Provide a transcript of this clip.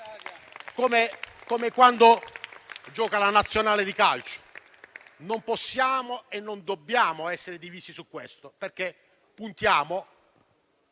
Come quando gioca la nazionale di calcio, non possiamo e non dobbiamo essere divisi su questo, perché puntiamo